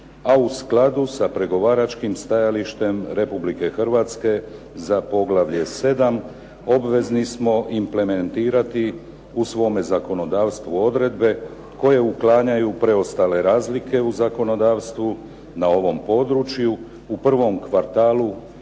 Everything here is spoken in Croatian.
a u skladu sa Pregovaračkim stajalištem Republike Hrvatske za poglavlje 7. obvezni smo implementirati u svome zakonodavstvu odredbe koje uklanjaju preostale razlike u zakonodavstvu na ovom području u prvom kvartalu